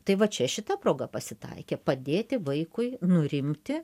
tai va čia šita proga pasitaikė padėti vaikui nurimti